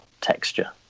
texture